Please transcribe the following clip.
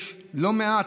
יש לא מעט,